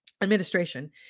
Administration